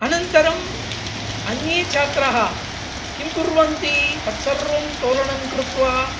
अनन्तरम् अन्ये छात्राः किं कुर्वन्ति तत्सर्वं तोलनं कृत्वा